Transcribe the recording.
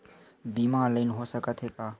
बीमा ऑनलाइन हो सकत हे का?